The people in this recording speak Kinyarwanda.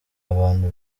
abantu